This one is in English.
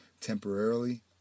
temporarily